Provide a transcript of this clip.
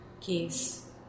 case